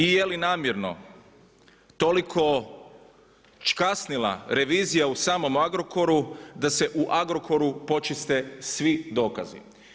Zašto se i je li namjerno toliko kasnila revizija u samom Agrokoru da se u Agrokoru počiste svi dokazi?